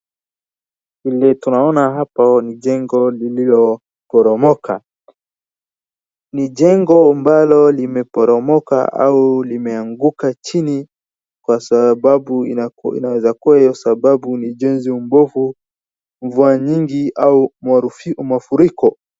Vile tunaona hapo ni jengo liloporomoka, ni jengo ambalo limeporomoka au limeanguka chini kwa sababu inaweza kuwa hiyo sababu ni ujenzi mbovu, mvua nyingi au mafuriko.